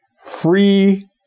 free